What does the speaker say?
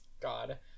God